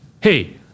Hey